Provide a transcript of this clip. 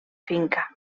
finca